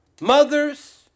mothers